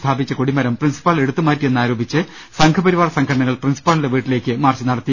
സ്ഥാപിച്ച കൊടിമരം പ്രിൻസിപ്പാൾ എടുത്തു മാറ്റിയെന്നാരോപിച്ച് സംഘപരിവാർ സംഘടനകൾ പ്രിൻസിപ്പാളിന്റെ വീട്ടിലേക്ക് മാർച്ച് നടത്തി